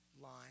line